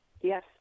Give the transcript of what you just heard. Yes